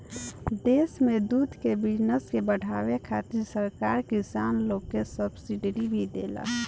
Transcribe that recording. देश में दूध के बिजनस के बाढ़ावे खातिर सरकार किसान लोग के सब्सिडी भी देला